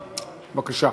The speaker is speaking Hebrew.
בבקשה.